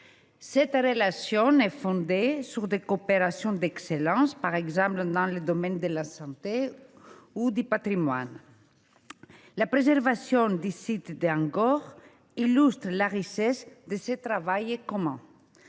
Cette relation est fondée sur des coopérations d’excellence, par exemple dans le domaine de la santé ou du patrimoine. La préservation du site d’Angkor illustre la richesse de ce travail commun.